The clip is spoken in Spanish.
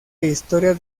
historia